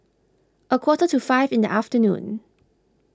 a quarter to five in the afternoon